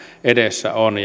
edessä on